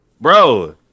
Bro